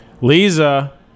Lisa